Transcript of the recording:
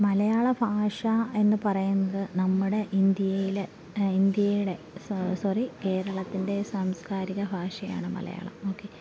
മലയാള ഭാഷ എന്നു പറയുന്നത് നമ്മുടെ ഇന്ത്യയിൽ ഇന്ത്യയുടെ സോറി കേരളത്തിൻ്റെ സാംസ്കാരിക ഭാഷയാണ് മലയാളം ഓക്കെ